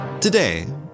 Today